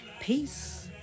peace